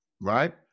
right